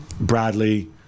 Bradley